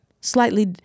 slightly